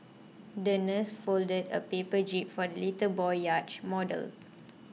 the nurse folded a paper jib for the little boy yacht model